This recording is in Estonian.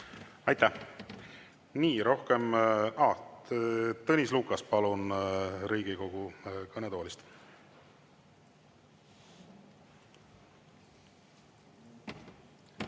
Aitäh! Nii, rohkem… Aa! Tõnis Lukas, palun, Riigikogu kõnetoolist!